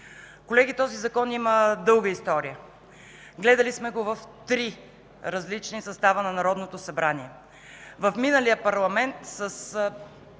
Колеги, този закон има дълга история. Гледали сме го в три различни състава на Народното събрание. В миналия парламент с